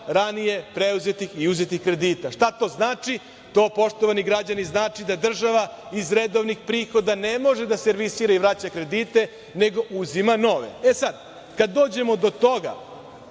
ranije preuzetih i uzetih kredita. Šta to znači? To, poštovani građani, znači da država iz redovnih prihoda ne može da servisira i vraća kredite, nego uzima nove. Kad dođemo do toga